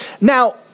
Now